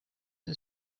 ist